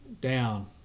down